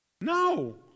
No